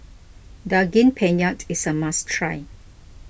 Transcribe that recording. Daging Penyet is a must try